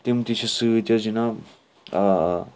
تِم تہِ چھِ سٟتۍ حظ جِناب آ آ